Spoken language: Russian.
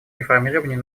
реформированию